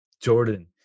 Jordan